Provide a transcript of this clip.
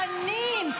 תנין,